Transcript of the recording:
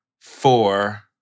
four